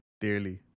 dearly